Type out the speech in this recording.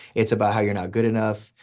it's about how you're not good enough,